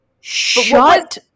shut